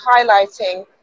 highlighting